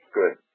good